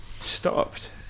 stopped